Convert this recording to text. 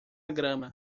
grama